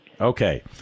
okay